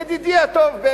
ידידי הטוב,